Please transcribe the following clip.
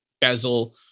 bezel